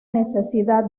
necesidad